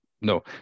No